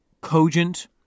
cogent